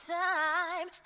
time